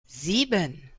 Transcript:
sieben